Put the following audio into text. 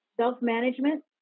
self-management